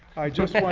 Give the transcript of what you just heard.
i just,